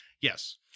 Yes